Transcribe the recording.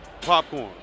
popcorn